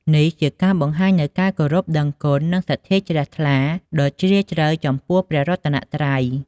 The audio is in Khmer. នេះជាការបង្ហាញនូវការគោរពដឹងគុណ និងសទ្ធាជ្រះថ្លាដ៏ជ្រាលជ្រៅចំពោះព្រះរតនត្រ័យ។